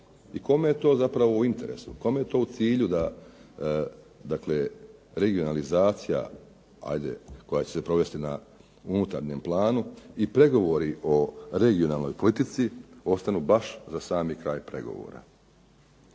i kome je to zapravo u interesu, kome je to u cilju da regionalizacija koja će se provesti na unutarnjem planu i pregovori o regionalnoj politici ostanu baš za sami kraj pregovora.